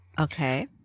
Okay